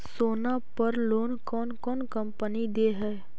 सोना पर लोन कौन कौन कंपनी दे है?